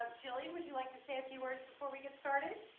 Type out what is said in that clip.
um jillian would you like to say a few words before we get started?